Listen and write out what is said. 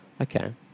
Okay